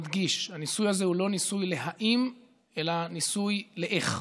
מדגיש: הניסוי הזה הוא לא ניסוי ל"האם" אלא ניסוי ל"איך"